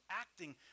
acting